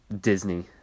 Disney